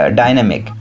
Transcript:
dynamic